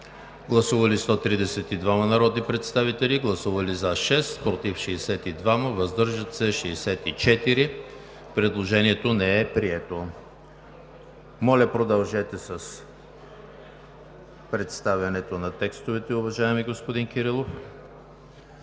Гласували 132 народни представители: за 6, против 62, въздържали се 64. Предложението не е прието. Моля, продължете с представянето на текстовете, уважаеми господин Кирилов.